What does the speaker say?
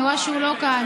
אני רואה שהוא לא כאן,